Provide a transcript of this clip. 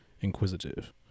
inquisitive